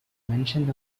mentioned